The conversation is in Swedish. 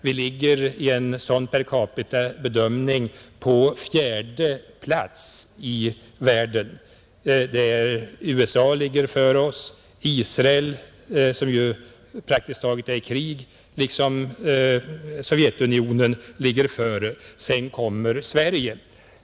Vi ligger i en sådan per capita-bedömning på fjärde plats i världen. Före oss ligger USA, Israel — som praktiskt taget är i krig — och Sovjetunionen, och sedan kommer Sverige.